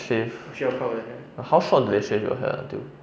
shave err how short did they shave your hair until